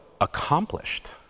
accomplished